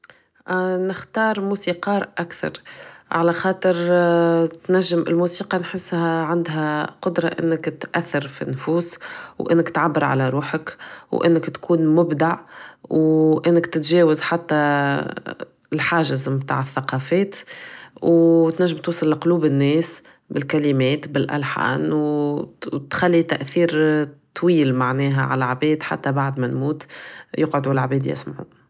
نختار موسيقى اكثر على خاطر تنجم الموسيقى عندها قدرة انها تأثر فالنفوس و انك تعبر على روحك و انك تكون مبدع و انك تتجاوز حتى الحاجز متاع الثقافات و تنجم توصل لقلوب الناس بلكلمات بالاحان مع انو تخلي تأثير طويل معناها عل عباد حتى بعد مانموت يقعدو العباد يسمعو